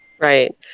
Right